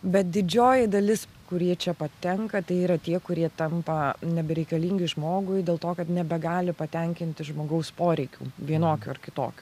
bet didžioji dalis kurie čia patenka tai yra tie kurie tampa nebereikalingi žmogui dėl to kad nebegali patenkinti žmogaus poreikių vienokių ar kitokių